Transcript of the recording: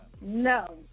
No